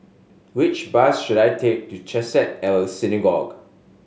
which bus should I take to Chesed El Synagogue